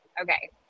Okay